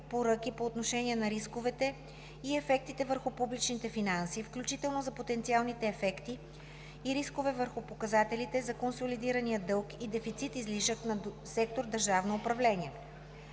препоръки по отношение на рисковете и ефектите върху публичните финанси, включително за потенциалните ефекти и рискове върху показателите за консолидирания дълг и дефицит/излишък на сектор „Държавно управление“;